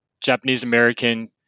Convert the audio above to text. Japanese-American